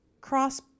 cross